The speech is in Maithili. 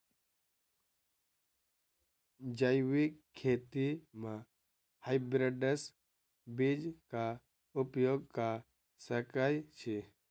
जैविक खेती म हायब्रिडस बीज कऽ उपयोग कऽ सकैय छी?